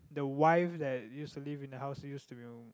the wife that used to live in the house used to